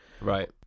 Right